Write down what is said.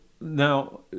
now